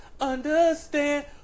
understand